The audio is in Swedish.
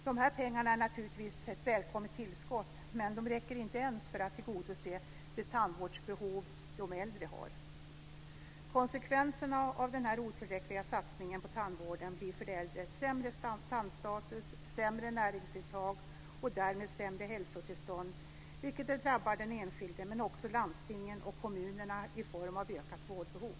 De här pengarna är naturligtvis ett välkommet tillskott, men de räcker inte ens för att tillgodose det tandvårdsbehov de äldre har. Konsekvenserna av denna otillräckliga satsning på tandvården blir för de äldre sämre tandstatus, sämre näringsintag och därmed sämre hälsotillstånd, vilket drabbar den enskilde men också landstingen och kommunerna i form av ökat vårdbehov.